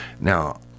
Now